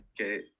Okay